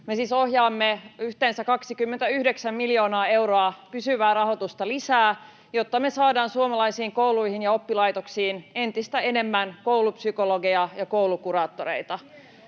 Me siis ohjaamme yhteensä 29 miljoonaa euroa pysyvää rahoitusta lisää, jotta me saadaan suomalaisiin kouluihin ja oppilaitoksiin entistä enemmän koulupsykologeja ja koulukuraattoreita,